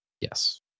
yes